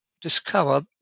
discovered